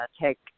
take